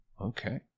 Okay